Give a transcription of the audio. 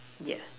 yes